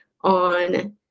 on